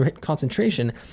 concentration